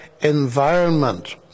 environment